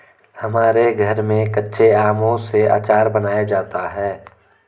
हमारे घर में कच्चे आमों से आचार बनाया जाता है